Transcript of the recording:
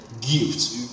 gifts